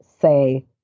say